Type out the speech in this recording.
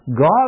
God